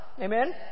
Amen